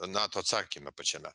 nato atsakyme pačiame